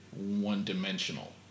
one-dimensional